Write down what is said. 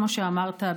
כמו שאמרת,